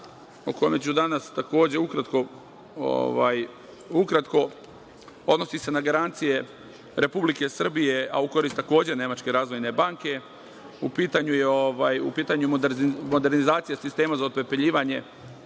o kome ću danas, takođe, ukratko, odnosi se na garancije Republike Srbije, a u korist takođe Nemačke razvojne banke. U pitanju je modernizacija sistema za otpepeljivanje